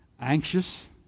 anxious